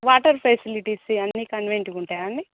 water facilities అన్నీ కన్వీనెంట్గా ఉంటాయాండీ